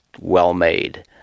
well-made